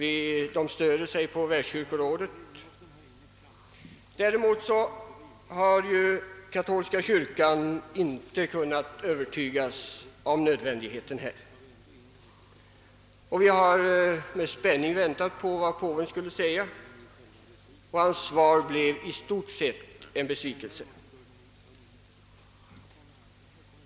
Nämnden stöder sig härvid på Världskyrkorådet. Däremot har katolska kyrkan inte kunnat övertygas om nödvändigheten av familjeplanering. Vi har med spänning väntat på påvens ställningstagande, men hans svar blev i stort sett en besvikelse.